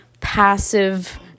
passive